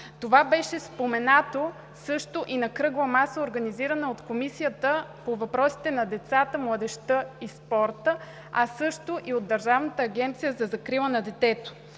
Това беше споменато също и на кръгла маса, организирана от Комисията по въпросите на децата, младежта и спорта, а също и от Държавната агенция за закрила на детето.